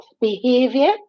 behavior